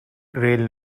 rail